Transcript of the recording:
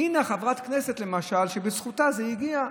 הינה חברת כנסת, למשל, שבזכותה זה הגיע.